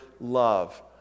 love